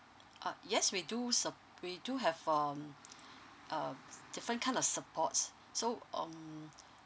uh yes we do som~ we do have um a different kind of support so um